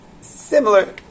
similar